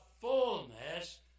fullness